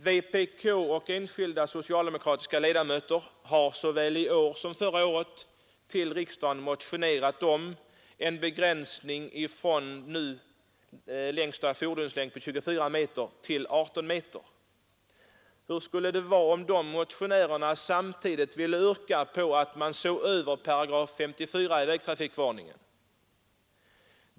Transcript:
Vänsterpartiet kommunis terna och enskilda socialdemokratiska ledamöter har såväl i år som förra 9 året till riksdagen motionerat om en begränsning av största tillåtna fordonslängd från nu gällande 24 m till 18 m. Hur skulle det vara, om motionärerna samtidigt ville yrka på att man såg över 54 § vägtrafikförordningen?